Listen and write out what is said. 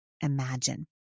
imagine